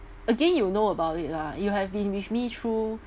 again you know about it lah you have been with me through